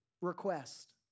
request